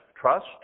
trust